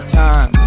time